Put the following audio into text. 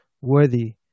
worthy